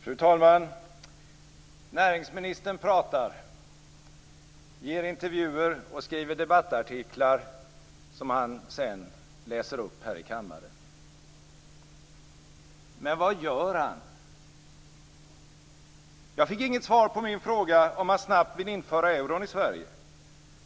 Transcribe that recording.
Fru talman! Näringsminister pratar, ger intervjuer och skriver debattartiklar som han sedan läser upp här i kammaren. Men vad gör han? Jag fick inget svar på min fråga om han snabbt vill införa euron i Sverige.